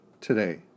today